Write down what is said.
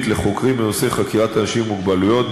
לחוקרים בנושא חקירת אנשים עם מוגבלויות,